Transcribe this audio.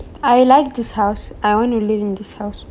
I like this house I want to live in this house